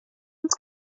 uns